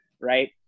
right